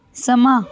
ਸਮਾਂ